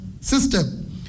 system